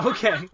Okay